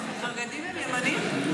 פינדרוס, החרדים הם ימנים?